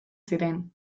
ziren